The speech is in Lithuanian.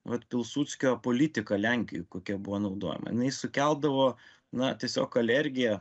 vat pilsudskio politika lenkijoj kokia buvo naudojama jinai sukeldavo na tiesiog alergiją